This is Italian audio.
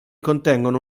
contengono